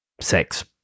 sex